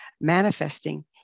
Manifesting